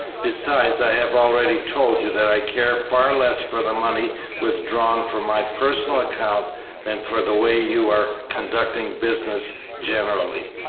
besides, i have already told you that i care far less for the money withdrawn from my personal account than for the way you are conducting business generally.